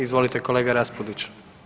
Izvolite kolega Raspudić.